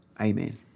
Amen